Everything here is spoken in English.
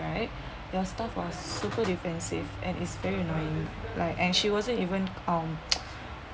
right your staff was super defensive and is very annoying like and she wasn't even um